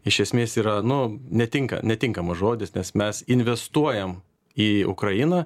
iš esmės yra nu netinka netinkamas žodis nes mes investuojam į ukrainą